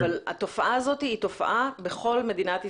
אבל התופעה הזאת היא תופעה בכל מדינת ישראל.